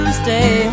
stay